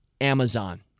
Amazon